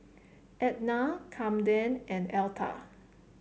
Ednah Camden and Elta